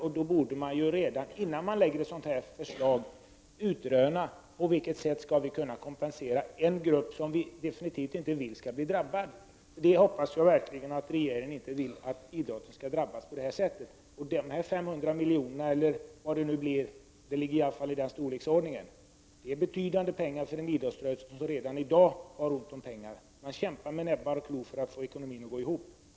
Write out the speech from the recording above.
Innan man lägger fram ett sådant förslag borde man därför utröna på vilket sätt man kan kompensera en grupp som man inte vill skall drabbas. Jag hoppas verkligen att regeringen inte vill att idrottrörelsen skall drabbas på detta sätt. 500 milj.kr. — det ligger i alla fall i den storleksordningen — är en bety dande summa för idrottsrörelsen, som redan i dag har ont om pengar. Man kämpar med näbbar och klor för att få ekonomin att gå ihop.